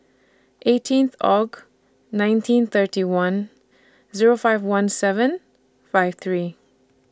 eighteen Aug nineteen thirty one Zero five one seven five three